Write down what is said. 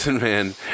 man